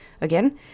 Again